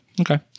okay